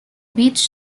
beach